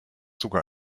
sogar